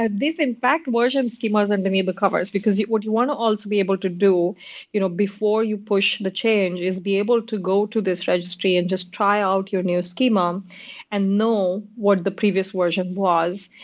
ah this, in fact, versioning um schemas underneath the covers, because what you want to also be able to do you know before you push the change is be able to go to this registry and just try out your new schema um and know what the previous version was.